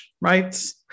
right